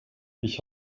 ich